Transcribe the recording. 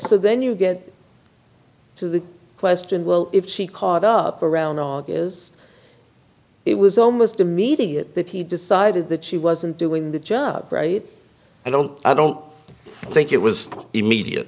so then you get to the question well if she caught up around august it was almost immediate that he decided that she wasn't doing the job right i don't i don't think it was immediate